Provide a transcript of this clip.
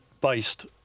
based